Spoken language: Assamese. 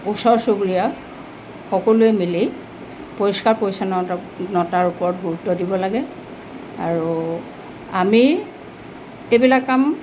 ওচৰ চুবুৰীয়া সকলোৱে মিলি পৰিষ্কাৰ পৰিচ্ছন্নতাৰ ওপৰত গুৰুত্ব দিব লাগে আৰু আমি এইবিলাক কাম